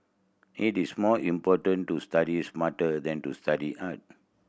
it is more important to study smarter than to study hard